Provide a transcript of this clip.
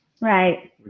right